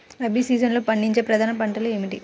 రబీ సీజన్లో పండించే ప్రధాన పంటలు ఏమిటీ?